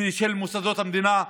במוסדות המדינה.